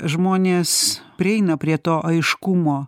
žmonės prieina prie to aiškumo